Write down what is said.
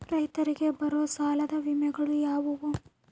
ರೈತರಿಗೆ ಬರುವ ಸಾಲದ ವಿಮೆಗಳು ಯಾವುವು?